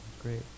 great